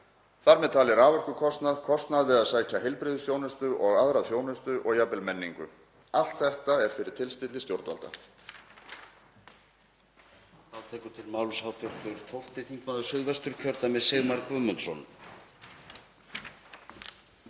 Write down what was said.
þar með talið raforkukostnað, kostnað við að sækja heilbrigðisþjónustu og aðra þjónustu og jafnvel menningu. Allt þetta er fyrir tilstilli stjórnvalda.